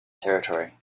territory